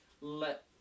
let